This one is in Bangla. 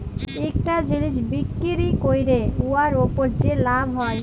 ইকটা জিলিস বিক্কিরি ক্যইরে উয়ার উপর যে লাভ হ্যয়